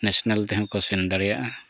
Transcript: national ᱛᱮᱦᱚᱸ ᱠᱚ ᱥᱮᱱ ᱫᱟᱲᱮᱭᱟᱜᱼᱟ